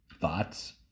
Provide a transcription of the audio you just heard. Thoughts